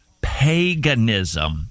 paganism